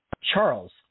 Charles